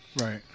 right